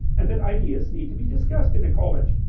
and that ideas need to be discussed in a college.